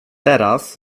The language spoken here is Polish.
teraz